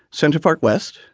central park west,